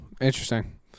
Interesting